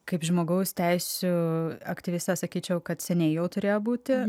kaip žmogaus teisių aktyvistė sakyčiau kad seniai jau turėjo būti